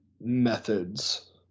methods